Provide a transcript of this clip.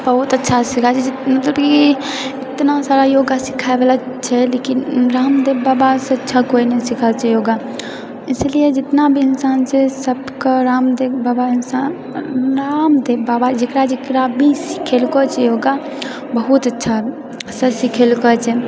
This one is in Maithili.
बहुत अच्छा सिखाबए छै मतलब कि एतना सारा योगा सिखाए वला छै लेकिन रामदेव बाबासँ अच्छा कोइ ने सिखाबए छै योगा इसीलिय जितना भी इन्सान छै सबके रामदेव बाबासँ रामदेव बाबा जेकरा जेकरा भी सिखेलको छै योगा बहुत अच्छासँ सिखेलको छै